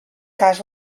cas